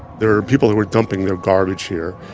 there are people who are dumping their garbage here.